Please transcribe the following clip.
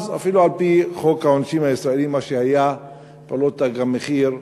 אז אפילו על-פי חוק העונשין הישראלי פעולות "תג מחיר"